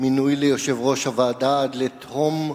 ממינוי ליושב-ראש הוועדה עד לתהום הייאוש,